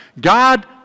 God